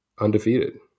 undefeated